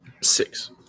Six